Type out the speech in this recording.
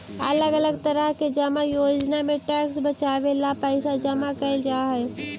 अलग अलग तरह के जमा योजना में टैक्स बचावे ला पैसा जमा कैल जा हई